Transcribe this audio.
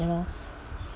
ya lor